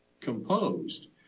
composed